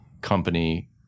company